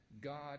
God